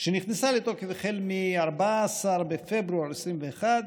שנכנסה לתוקף ב-14 בפברואר 2021,